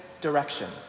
direction